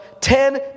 ten